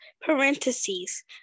Parentheses